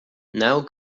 now